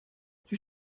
you